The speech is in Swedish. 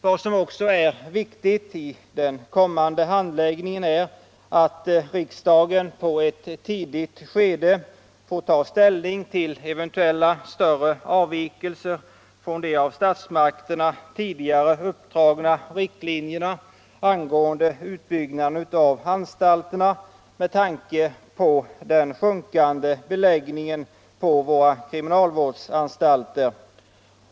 Vad som också är viktigt i den kommande handläggningen är att riksdagen i ett tidigt skede får ta ställning till eventuella större avvikelser från de av statsmakterna tidigare uppdragna riktlinjerna angående utbyggnaden av kriminalvårdsanstalterna med tanke på den sjunkande beläggningen på dessa.